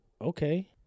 Okay